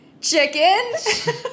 chicken